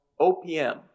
OPM